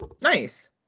nice